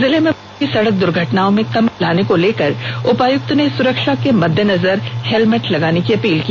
जिले में बढ़ती सड़क द्र्घटनाओं में कमी लाने को लेकर उपायुक्त ने सुरक्षा के मद्देनजर हेलमेट लगाने की अपील की